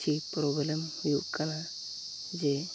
ᱠᱤᱪᱷᱤ ᱯᱨᱚᱵᱽᱞᱮᱢ ᱦᱩᱭᱩᱜ ᱠᱟᱱᱟ ᱡᱮ